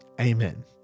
Amen